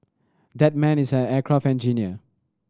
that man is an aircraft engineer